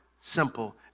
simple